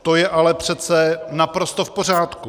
To je ale přece naprosto v pořádku.